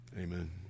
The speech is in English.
Amen